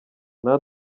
nta